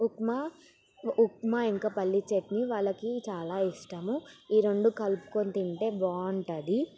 ఉప్మా ఉప్మా ఇంకా పల్లీ చట్నీ వాళ్ళకి చాలా ఇష్టం ఈ రెండు కలుపుకొని తింటే బాగుంటుంది